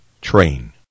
Train